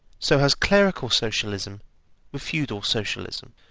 so has clerical socialism with feudal socialism.